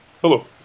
Hello